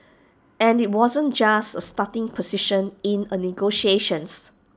and IT wasn't just A starting position in A negotiations